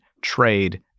trade